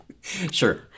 Sure